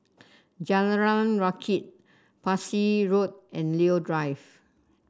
Jalan Rakit Parsi Road and Leo Drive